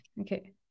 Okay